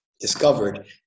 discovered